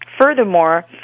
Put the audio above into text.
furthermore